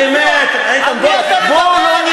באמת, איתן, על מי אתה מדבר, אלקין?